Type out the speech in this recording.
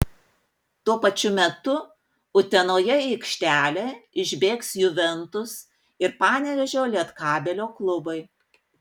tuo pačiu metu utenoje į aikštelę išbėgs juventus ir panevėžio lietkabelio klubai